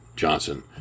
Johnson